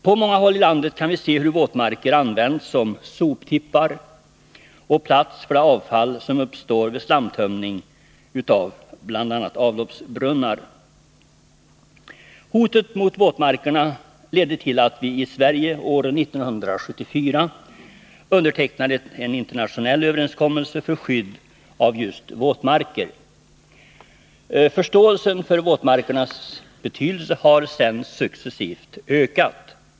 På många håll i landet kan vi se hur våtmarker används som soptippar och som plats för det avfall som uppstår vid slamtömning av bl.a. avloppsbrunnar. Hotet mot våtmarkerna ledde till att vi i Sverige år 1974 undertecknade en internationell överenskommelse om skydd av just våtmarker. Förståelsen för våtmarkernas betydelse har sedan successivt ökat.